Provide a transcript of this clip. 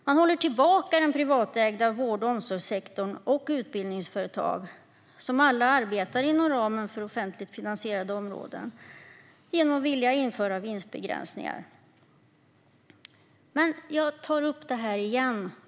Man håller tillbaka den privatägda vård och omsorgssektorn och utbildningsföretag, som alla arbetar inom ramen för offentligt finansierade områden, genom att vilja införa vinstbegränsningar. Jag tar upp detta igen.